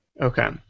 Okay